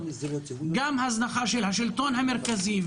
גם של השלטון המרכזי,